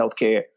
healthcare